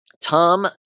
Tom